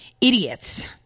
idiots